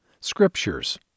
Scriptures